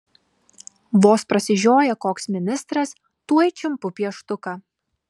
vos prasižioja koks ministras tuoj čiumpu pieštuką